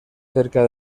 cerca